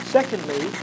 Secondly